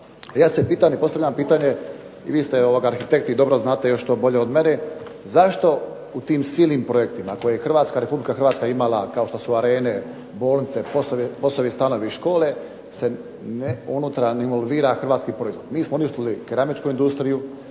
i postavljam pitanje, vi ste arhitekt i dobro znate još to bolje od mene zašto u tim silnim projektima koje Hrvatska, Republika Hrvatska imala kao što su arene, bolnice, POS-ovi stanovi i škole se unutra ne involvira hrvatski proizvod. Mi smo uništili keramičku industriju,